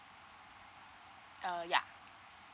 uh ya